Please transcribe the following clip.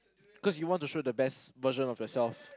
cause you want to show the best version of yourself